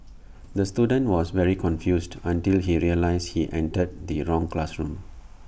the student was very confused until he realised he entered the wrong classroom